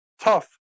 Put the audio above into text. tough